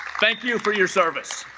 thank you for your service